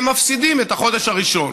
הם מפסידים את החודש הראשון.